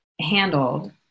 handled